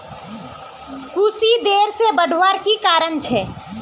कुशी देर से बढ़वार की कारण छे?